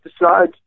decide